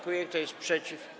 Kto jest przeciw?